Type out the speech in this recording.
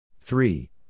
three